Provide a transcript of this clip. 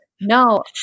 no